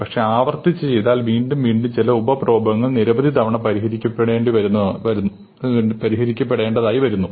പക്ഷേ ആവർത്തിച്ച് ചെയ്താൽ വീണ്ടും വീണ്ടും ചില ഉപ പ്രോബ്ലങ്ങൾ നിരവധിതവണ പരിഹരിക്കുപ്പെടേണ്ടതായി വരുന്നു